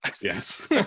Yes